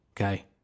Okay